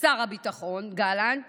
הביטחון גלנט